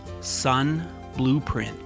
sunblueprint